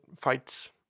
fights